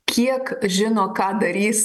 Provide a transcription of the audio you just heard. kiek žino ką darys